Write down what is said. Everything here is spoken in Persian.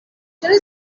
چرا